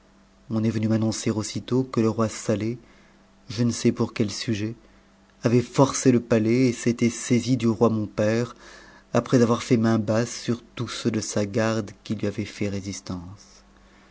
on est venu m'annoncer aussitôt que le roi saleh je ne sais pour quel sujet avait forcé le palais et s'était saisi du roi mon père après avoir fait main basse sur tous ceux de sa garde qui lui avaient fait résistance